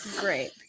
Great